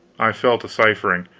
i fell to ciphering.